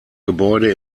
gebäude